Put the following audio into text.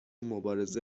مبارزه